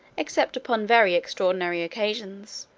except upon very extraordinary occasions.